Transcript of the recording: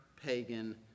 pagan